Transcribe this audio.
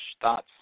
thoughts